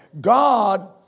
God